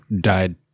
died